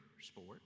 sport